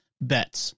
bets